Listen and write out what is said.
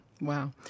Wow